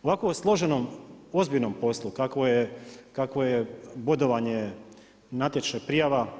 U ovakvom složenom ozbiljnom poslu, kakvo je bodovanje, natječaj, prijava.